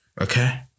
Okay